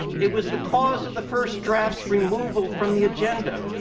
it was the cause of the first draft's removal from the agenda,